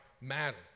matter